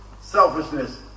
selfishness